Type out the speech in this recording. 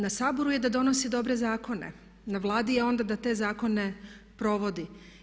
Na Saboru je da donosi dobre zakone, na Vladi je onda da te zakone provodi.